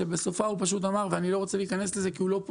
ובסופה הוא אמר: זה לא רלוונטי,